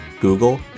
Google